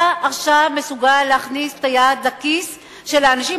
אתה מסוגל עכשיו להכניס את היד לכיס של האנשים